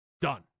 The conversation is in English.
Done